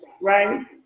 right